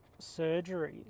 surgeries